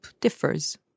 differs